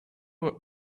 were